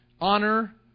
honor